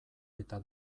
eta